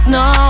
no